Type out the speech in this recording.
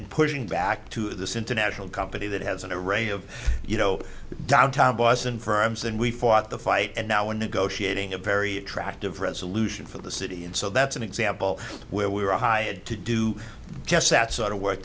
and pushing back to this international company that has on a range of you know downtown boston firms and we fought the fight and now we're negotiating a very attractive resolution for the city and so that's an example where we were hired to do just that sort of work